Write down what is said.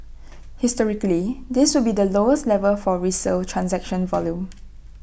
historically this will be lowest level for resale transaction volume